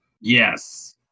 Yes